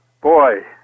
Boy